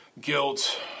guilt